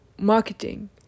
marketing